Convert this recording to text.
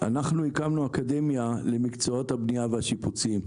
הקמנו אקדמיה למקצועות הבנייה והשיפוצים.